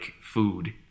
food